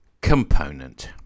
component